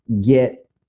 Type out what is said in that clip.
get